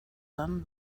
dann